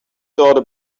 daughter